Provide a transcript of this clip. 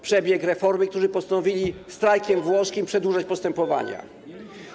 przebieg reformy, którzy postanowili strajkiem włoskim przedłużać postępowania.